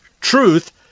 truth